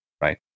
right